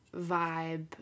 vibe